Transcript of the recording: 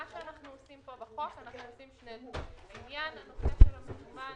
אנחנו עושים פה בחוק שני דברים: לעניין הנושא של המזומן